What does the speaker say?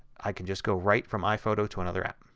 i can just go right from iphoto to another app.